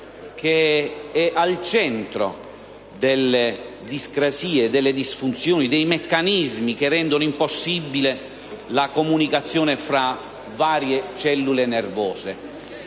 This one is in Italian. che è al centro delle discrasie, delle disfunzioni dei meccanismi che rendono impossibile la comunicazione fra le varie cellule nervose.